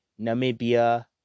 Namibia